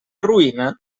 ruïna